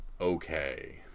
okay